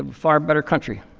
um far better country.